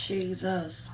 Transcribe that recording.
Jesus